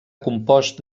compost